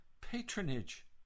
patronage